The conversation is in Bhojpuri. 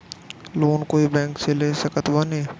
लोन कोई बैंक से ले सकत बानी?